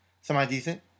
semi-decent